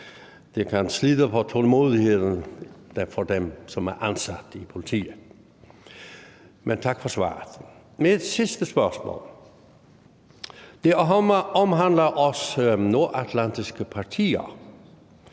Det kan slide på tålmodigheden for dem, som er ansat i politiet. Men tak for svaret. Mit sidste spørgsmål omhandler os nordatlantiske partier.